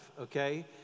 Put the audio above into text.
okay